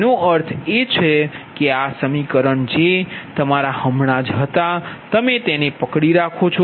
જેનો અર્થ એ છે કે આ સમીકરણ જે તમારા હમણાં જ છે તેને પકડી રાખો